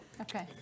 Okay